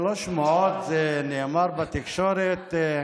זה לא שמועות, זה נאמר בתקשורת.